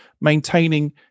maintaining